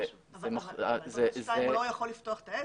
עם טופס 2 הוא לא יכול לפתוח את העסק.